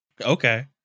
Okay